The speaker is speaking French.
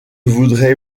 voudrais